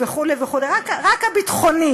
על המשפטית וכו' וכו' רק הביטחונית.